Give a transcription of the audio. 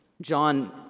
John